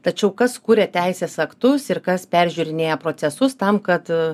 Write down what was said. tačiau kas kuria teisės aktus ir kas peržiūrinėja procesus tam kad